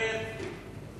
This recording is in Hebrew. הליכים